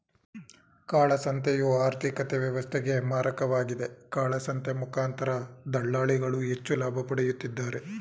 ಕಾಳಸಂತೆಯು ಆರ್ಥಿಕತೆ ವ್ಯವಸ್ಥೆಗೆ ಮಾರಕವಾಗಿದೆ, ಕಾಳಸಂತೆ ಮುಖಾಂತರ ದಳ್ಳಾಳಿಗಳು ಹೆಚ್ಚು ಲಾಭ ಪಡೆಯುತ್ತಿದ್ದಾರೆ